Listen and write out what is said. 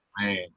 Man